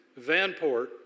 vanport